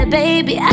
baby